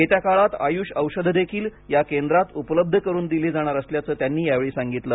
येत्या काळात आयुष औषधंदेखील या केंद्रात उपलब्ध करून दिली जाणार असल्याचं त्यांनी यावेळी सांगितलं